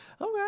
okay